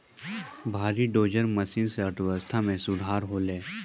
भारी dozer machine सें अर्थव्यवस्था मे सुधार होलय